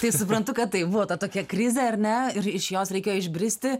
tai suprantu kad tai buvo ta tokia krizė ar ne ir iš jos reikėjo išbristi